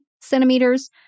centimeters